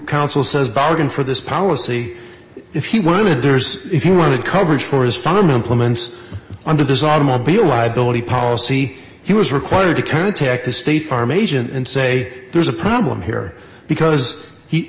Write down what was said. council says bargain for this policy if he wanted there's if you wanted coverage for is fine i'm implementing under this automobile liability policy he was required to contact the state farm agent and say there's a problem here because he